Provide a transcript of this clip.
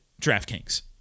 DraftKings